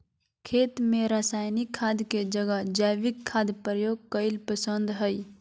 खेत में रासायनिक खाद के जगह जैविक खाद प्रयोग कईल पसंद हई